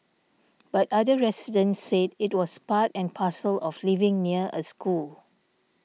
but other residents said it was part and parcel of living near a school